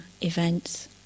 events